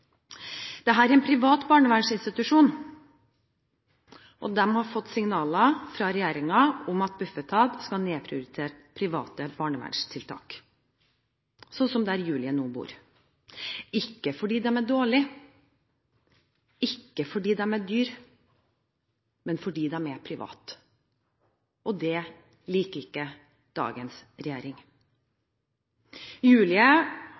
sier: Her er det voksne som bryr seg om oss. Dette er en privat barnevernsinstitusjon, og de har fått signaler fra regjeringen om at Bufetat skal nedprioritere private barnevernstiltak, slik som der Julie nå bor, ikke fordi de er dårlige, ikke fordi de er dyre, men fordi de er private, og det liker ikke dagens